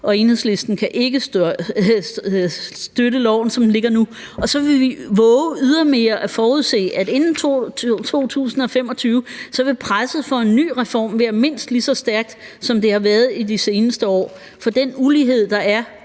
og Enhedslisten kan ikke støtte lovforslaget, som det ligger nu. Og så vil vi ydermere vove at forudse, at inden 2025 vil presset for en ny reform være mindst lige så stærkt, som det har været i de seneste år, for den ulighed, der er,